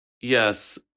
Yes